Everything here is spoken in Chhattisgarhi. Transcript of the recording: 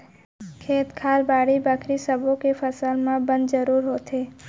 खेत खार, बाड़ी बखरी सब्बो के फसल म बन जरूर होथे